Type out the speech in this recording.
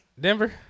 Denver